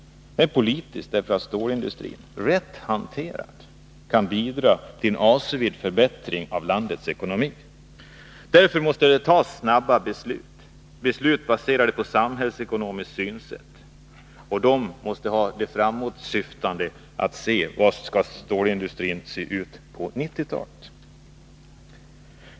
Den är politisk därför att stålindustrin, rätt hanterad, kan bidra till en avsevärd förbättring av landets ekonomi. Därför måste det fattas snabba beslut, baserade på ett samhällsekonomiskt synsätt. De besluten måste vara nog framåtsyftande för att man skall kunna bedöma hur man vill att stålindustrin skall se ut på 1990-talet.